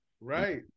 Right